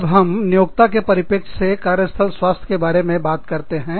जब हम नियोक्ता के परिप्रेक्ष्य से कार्य स्थल स्वास्थ्य के बारे में बात करते हैं